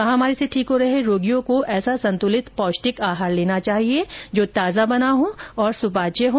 महामारी से ठीक हो रहे रोगियों को ऐसा संतुलित पौष्टिक आहार लेना चाहिए जो ताजा बना हो और सुपाच्य हो